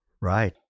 Right